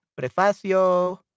Prefacio